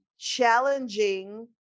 challenging